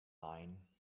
line